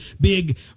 big